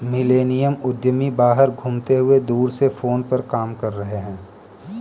millennial उद्यमी बाहर घूमते हुए दूर से फोन पर काम कर रहे हैं